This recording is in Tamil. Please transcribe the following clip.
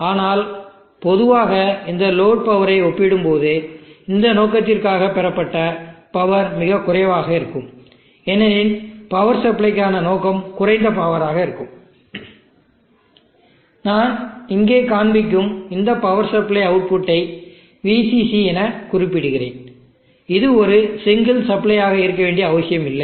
ஆனால் பொதுவாக இந்த லோடு பவரை ஒப்பிடும்போது இந்த நோக்கத்திற்காக பெறப்பட்ட பவர் மிகக் குறைவாக இருக்கும் ஏனெனில் பவர் சப்ளைக்கான நோக்கம் குறைந்த பவராக இருக்கும் நான் இங்கே காண்பிக்கும் இந்த பவர் சப்ளை அவுட்புட்டை VCC என நான் குறிப்பேன் இது ஒரு சிங்கிள் சப்ளை ஆக இருக்க வேண்டிய அவசியம் இல்லை